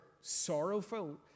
sorrowful